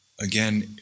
again